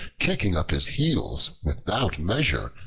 kicking up his heels without measure,